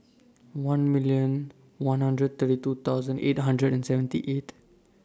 one million one hundred thirty two thousand eight hundred and seventy eight